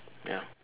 ya